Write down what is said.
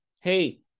Hey